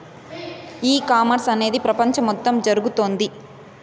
ఈ కామర్స్ అనేది ప్రపంచం మొత్తం జరుగుతోంది